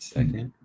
Second